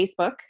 Facebook